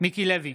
מיקי לוי,